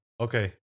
okay